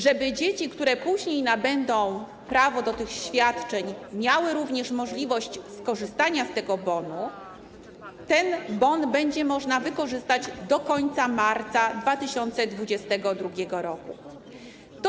Żeby dzieci, które później nabędą prawo do tych świadczeń, miały również możliwość skorzystania z tego bonu, ten bon będzie można wykorzystać do końca marca 2022 r.